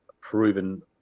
proven